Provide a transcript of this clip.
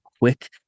quick